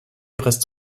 reste